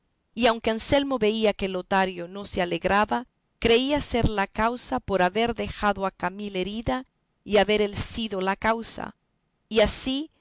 y aunque anselmo veía que lotario no se alegraba creía ser la causa por haber dejado a camila herida y haber él sido la causa y así